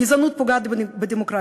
גזענות פוגעת בדמוקרטיה,